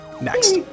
Next